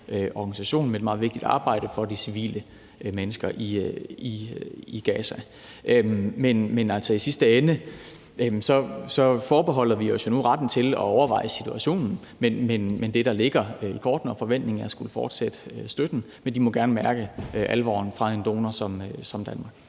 organisation med et meget vigtigt arbejde for de civile mennesker i Gaza. Men i sidste ende forbeholder vi os jo nu retten til at overveje situationen. Det ligger i kortene. Forventningen er at skulle fortsætte støtten, men de må gerne mærke alvoren fra en donor som Danmark.